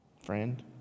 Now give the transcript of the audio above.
friend